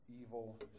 evil